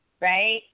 right